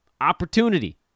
opportunity